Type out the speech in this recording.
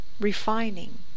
refining